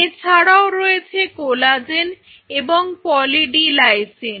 এছাড়াও রয়েছে কোলাজেন এবং পলি ডি লাইসিন